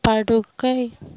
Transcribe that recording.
படுக்கை